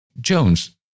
Jones